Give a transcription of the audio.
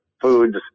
foods